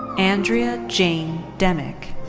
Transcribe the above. andrea jane demick.